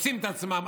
שעושים את עצמם,